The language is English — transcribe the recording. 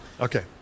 Okay